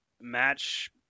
match